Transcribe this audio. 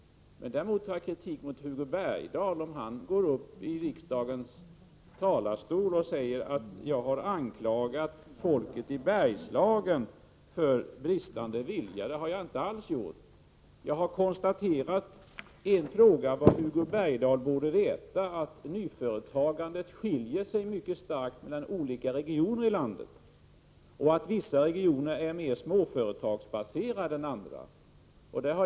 Däremot kritiserar jag Hugo Bergdahl för att han går upp i riksdagens talarstol och säger att jag har anklagat folket i Bergslagen för bristande vilja. Det har jag inte alls gjort. Jag har konstaterat, vilket Hugo Bergdahl borde veta, att nyföretagandet skiljer sig mycket starkt mellan olika regioner i landet och att vissa regioner är mer småföretagsbaserade än andra.